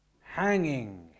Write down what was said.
hanging